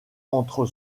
entre